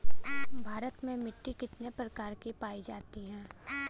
भारत में मिट्टी कितने प्रकार की पाई जाती हैं?